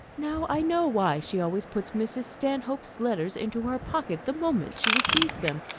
now i know why she always puts mrs. stanhope's letters into her pocket the moment she receives them,